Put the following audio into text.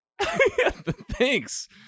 Thanks